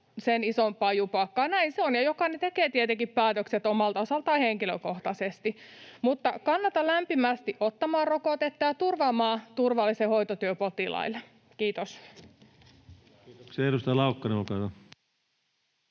sen isompaa jupakkaa. Näin se on, ja jokainen tekee tietenkin päätökset omalta osaltaan henkilökohtaisesti, mutta kannatan lämpimästi ottamaan rokotteen ja turvaamaan turvallisen hoitotyön potilaille. — Kiitos.